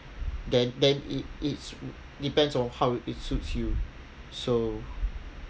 then then it it's depends on how it suits you so